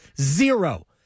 Zero